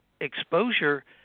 exposure